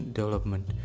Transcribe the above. Development